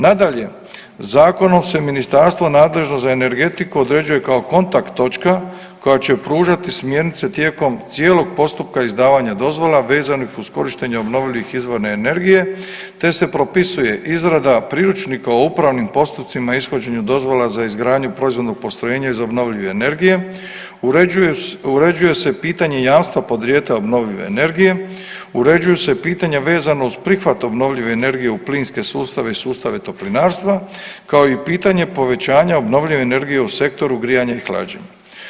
Nadalje, zakonom se ministarstvo nadležno za energetiku određuje kao kontakt točka koja će pružati smjernice tijekom cijelog postupka izdavanja dozvola vezanih uz korištenje obnovljivih izvora energije, te se propisuje izrada Priručnika o upravnim postupcima i ishođenju dozvola za izgradnju proizvodnog postrojenja iz obnovljive energije, uređuje se pitanje jamstva podrijetla obnovljive energije, uređuju se pitanja vezano uz prihvat obnovljive energije u plinske sustave i sustave Toplinarstva, kao i pitanje povećanja obnovljive energije u sektoru grijanja i hlađenja.